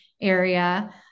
area